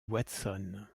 watson